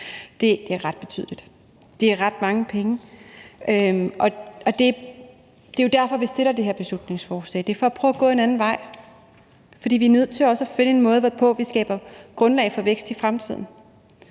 Det er ret betydeligt, det er ret mange penge, og det er jo derfor, vi fremsætter det her beslutningsforslag. Det er for at prøve at gå en anden vej, for vi er nødt til også at finde en måde, hvorpå vi skaber grundlag for vækst i fremtiden.